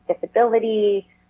disability